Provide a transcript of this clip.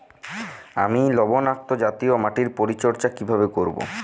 আমি লবণাক্ত জাতীয় মাটির পরিচর্যা কিভাবে করব?